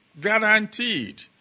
guaranteed